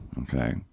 Okay